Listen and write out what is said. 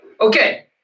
Okay